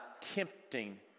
tempting